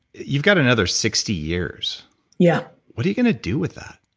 you got another sixty years yeah what are you gonna do with that?